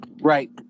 Right